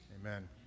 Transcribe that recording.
Amen